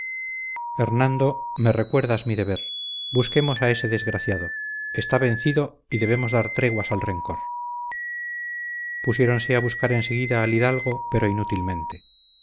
hernando me recuerdas mi deber busquemos a ese desgraciado está vencido y debemos dar treguas al rencor pusiéronse a buscar en seguida al hidalgo pero inútilmente